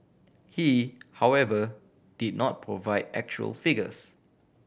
he however did not provide actual figures